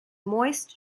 moist